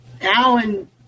Alan